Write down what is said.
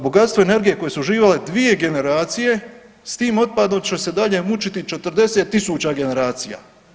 Bogatstvo energije koju su uživale 2 generacija s tim otpadom će se dalje mučiti 40.000 generacija.